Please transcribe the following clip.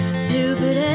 stupid